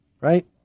right